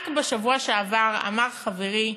רק בשבוע שעבר אמר חברי,